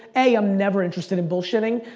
a, i'm never interested in bullshitting,